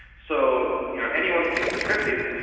so you know anyone can contribute,